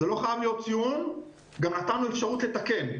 זה לא חייב להיות ציון, גם נתנו אפשרות לתקן.